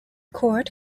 court